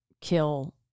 kill